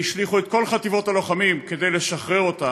והשליכו את כל חטיבות הלוחמים כדי לשחרר אותה,